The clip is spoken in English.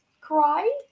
Cry